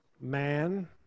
man